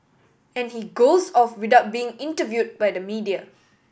and he goes off without being interview by the media